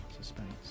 suspense